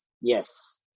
Yes